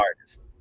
artist